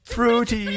Fruity